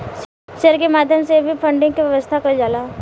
share के माध्यम से भी फंडिंग के व्यवस्था कईल जाला